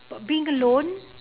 but being alone